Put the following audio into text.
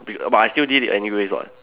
be but I still did it anyway [what]